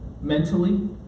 mentally